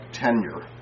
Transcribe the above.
tenure